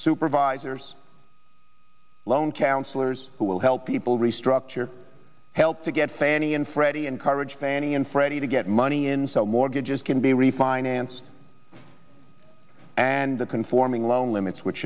supervisors loan counselors who will help people restructure help to get fannie and freddie encourage fannie and freddie to get money in so mortgages can be refinanced and the conforming loan limits which